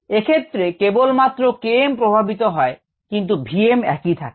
এক্ষেত্রে কেবলমাত্র K m প্রভাবিত হয় কিন্ত v m একই থাকে